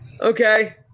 okay